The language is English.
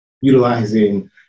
utilizing